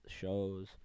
shows